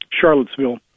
Charlottesville